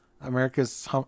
America's